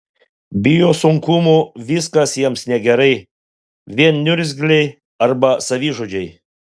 bijo sunkumų viskas jiems negerai vien niurzgliai arba savižudžiai